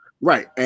Right